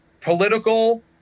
Political